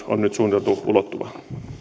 on nyt suunniteltu ulottuvan